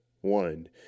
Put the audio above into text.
one